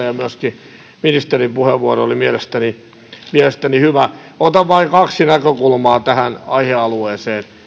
ja myöskin ministerin puheenvuoro oli mielestäni mielestäni hyvä otan vain kaksi näkökulmaa tähän aihealueeseen